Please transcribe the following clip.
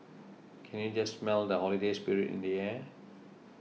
can you just smell the holiday spirit in the air